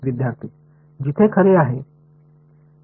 विद्यार्थी जिथे खरे आहे